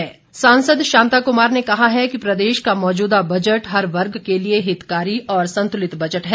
प्रतिक्रिया सांसद सांसद शांता कुमार ने कहा है कि प्रदेश का मौजूदा बजट हर वर्ग के लिए हितकारी और संतुलित बजट है